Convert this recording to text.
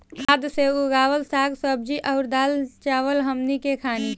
खाद से उगावल साग सब्जी अउर दाल चावल हमनी के खानी